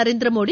Narendra Modi